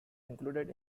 included